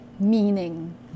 meaning